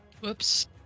Whoops